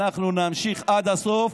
אנחנו נמשיך עד הסוף.